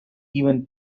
even